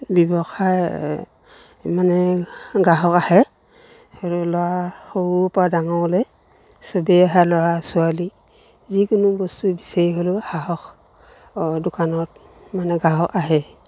ব্যৱসায় মানে গ্ৰাহক আহে সেইদৰে ল'ৰা সৰুৰৰপৰা ডাঙৰলৈ চবেই আহে ল'ৰা ছোৱালী যিকোনো বস্তু বিচাৰি হ'লেও সাহস দোকানত মানে গ্ৰাহক আহে